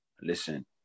listen